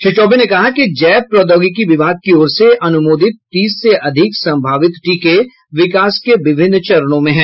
श्री चौबे ने कहा कि जैव प्रौद्योगिकी विभाग की ओर से अनुमोदित तीस से अधिक संभावित टीके विकास के विभिन्न चरणों में हैं